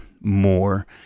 more